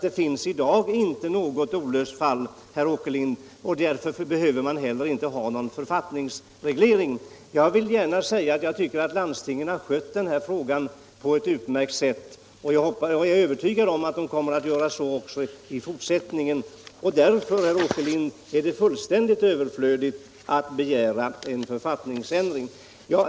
Det finns i dag inte något olöst fall, herr Åkerlind, och därför behöver man heller inte ha någon författningsreglering. Jag vill gärna säga att jag tycker att landstingen har skött den här frågan på ett utmärkt sätt, och jag är övertygad om att de kommer att göra så också i fortsättningen. Därför, herr Åkerlind, är det fullständigt överflödigt att begära en författningsändring.